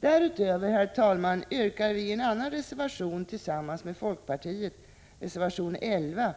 Därutöver, herr talman, yrkar vi i en annan reservation tillsammans med folkpartiet, reservation 11,